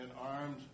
armed